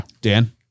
Dan